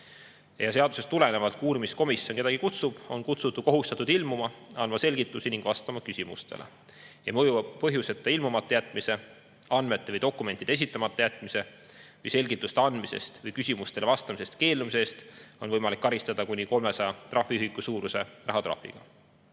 Kui seadusest tulenevalt uurimiskomisjon kedagi kutsub, on ta kohustatud ilmuma, andma selgitusi ning vastama küsimustele. Mõjuva põhjuseta ilmumata jätmise, andmete või dokumentide esitamata jätmise või selgituste andmisest või küsimustele vastamisest keeldumise eest on võimalik karistada kuni 300 trahviühiku suuruse rahatrahviga.